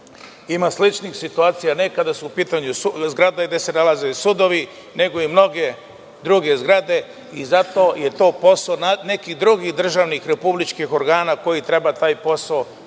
ima sličnih situacija. Nekada su u pitanju zgrade gde se nalaze sudovi, nego i mnoge druge zgrade i zato je to posao nekih drugih državnih republičkih organa koji treba taj posao da